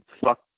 fuck